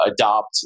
adopt